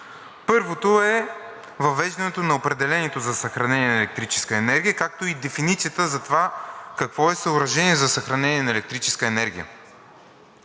Първото е въвеждането на определението за съхранение на електрическа енергия, както и дефиницията за това какво е съоръжение за съхранение на електрическа енергия.